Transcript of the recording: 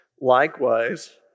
Likewise